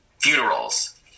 funerals